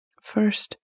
First